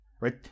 right